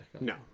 no